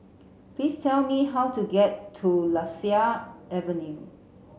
please tell me how to get to Lasia Avenue